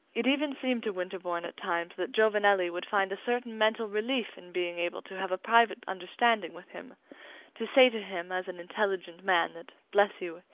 it even seemed to winterbourne at times that giovanelli would find a certain mental relief in being able to have a private understanding with him to say to him, as an intelligent man, that, bless you,